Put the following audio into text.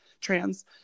trans